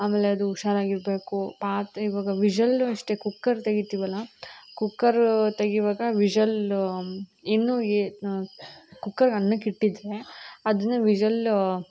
ಆಮೇಲೆ ಅದು ಹುಷಾರಾಗಿರ್ಬೇಕು ಪಾತ್ರೆ ಇವಾಗ ವಿಶಲ್ಲು ಅಷ್ಟೇ ಕುಕ್ಕರ್ ತೆಗಿತೀವಲ್ಲ ಕುಕ್ಕರು ತೆಗಿವಾಗ ವಿಶಲ್ ಇನ್ನೂ ಏ ಕುಕ್ಕರ್ ಅನ್ನಕ್ಕೆ ಇಟ್ಟಿದ್ದರೆ ಅದನ್ನು ವಿಶಲ್